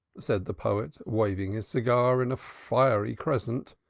said the poet, waving his cigar in a fiery crescent.